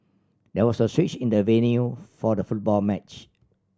there was a switch in the venue for the football match